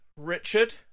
richard